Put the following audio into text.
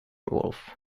wolf